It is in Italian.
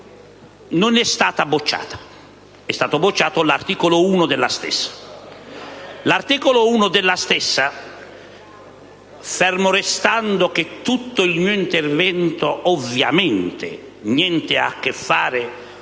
non è stata bocciata: è stato bocciato l'articolo 1 della stessa. *(Commenti dal Gruppo PD)*. Fermo restando che tutto il mio intervento ovviamente niente ha a che fare con